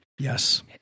yes